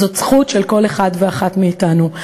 זאת זכות של כל אחד ואחת מאתנו.